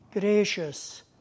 gracious